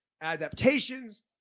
adaptations